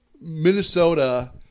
Minnesota